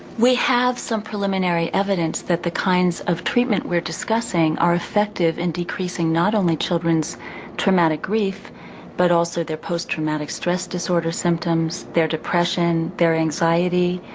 we have some preliminary evidence that the kinds of treatment we're discussing are effective in decreasing not only children's traumatic grief but also their posttraumatic stress disorder symptoms, their depression, their anxiety,